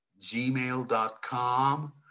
gmail.com